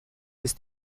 ist